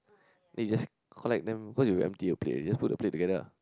then you just collect them cause you empty your plate already just put the plate together